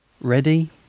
Ready